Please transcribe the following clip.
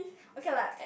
okay lah